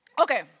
Okay